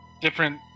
different